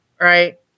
right